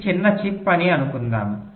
ఇది చిన్న చిప్ అని అనుకుందాము